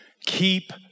keep